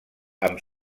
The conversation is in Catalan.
amb